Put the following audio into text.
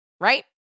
right